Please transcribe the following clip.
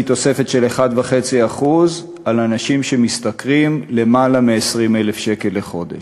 ותוספת של 1.5% לאנשים שמשתכרים למעלה מ-20,000 שקל לחודש.